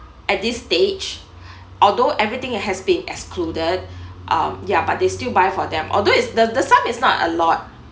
at this stage although everything it has been excluded um yeah but they still buy for them although it's the the sum is not a lot